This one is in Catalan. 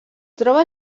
troba